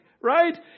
right